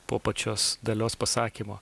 po pačios dalios pasakymo